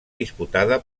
disputada